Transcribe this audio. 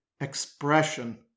expression